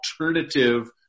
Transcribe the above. alternative